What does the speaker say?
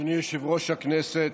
אדוני יושב-ראש הכנסת,